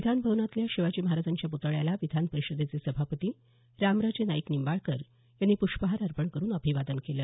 विधान भवनातल्या शिवाजी महाराजांच्या प्तळ्याला विधान परिषदेचे सभापती रामराजे नाईक निंबाळकर यांनी पृष्पहार अर्पण करून अभिवादन केलं